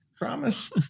promise